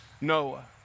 Noah